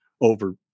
over